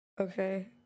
Okay